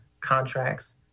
contracts